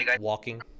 walking